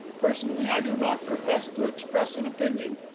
personally, i do not profess to express an opinion.